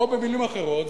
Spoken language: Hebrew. או במלים אחרות,